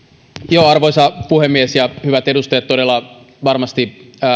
arvoisa puhemies hyvät edustajat todella varmasti